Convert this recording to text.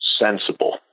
sensible